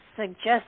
suggest